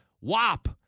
Wop